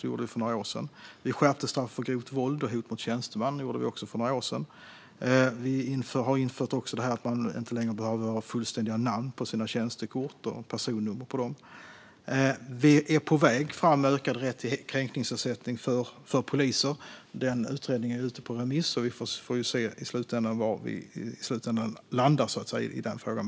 Det gjorde vi för några år sedan. Vi skärpte straffet för grovt våld och hot mot tjänsteman. Det gjorde vi också för några år sedan. Vi har infört detta med att man inte längre behöver ha fullständiga namn och personnummer på sina tjänstekort. Vi är på väg fram när det gäller ökad rätt till kränkningsersättning för poliser. Den utredningen är ute på remiss. Vi får se var vi i slutändan landar, så att säga, i den frågan.